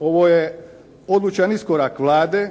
Ovo je odlučan iskorak Vlade